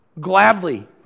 gladly